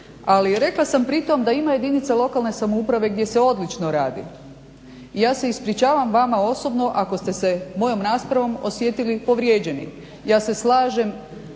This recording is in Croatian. Ali rekla sam pri tome da ima jedinica lokalne samouprave gdje se odlično radi. I ja se ispričavam vama osobno ako ste se mojom raspravom osjetili povrijeđenim. Ja se slažem